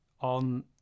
on